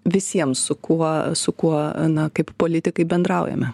visiem su kuo su kuo na kaip politikai bendraujame